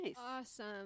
Awesome